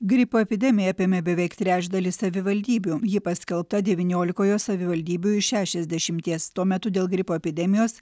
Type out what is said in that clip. gripo epidemija apėmė beveik trečdalį savivaldybių ji paskelbta devyniolikoje savivaldybių iš šešiasdešimties tuo metu dėl gripo epidemijos